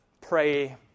pray